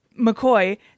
McCoy